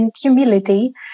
humility